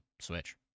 switch